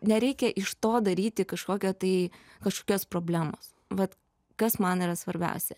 nereikia iš to daryti kažkokio tai kažkokios problemos vat kas man yra svarbiausia